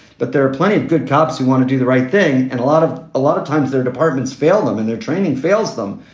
but there are plenty of good cops who want to do the right thing. and a lot of a lot of times their departments fail them in their training fails them.